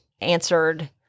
answered